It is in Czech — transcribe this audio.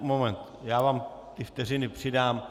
Moment, já vám ty vteřiny přidám.